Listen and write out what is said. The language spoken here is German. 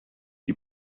die